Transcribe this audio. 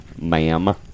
ma'am